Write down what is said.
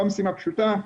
לא משימה פשוטה,